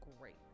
great